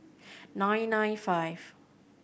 nine nine five